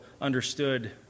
understood